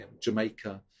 Jamaica